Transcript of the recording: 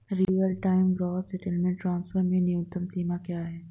Real time gross settlement transfer में न्यूनतम सीमा क्या है?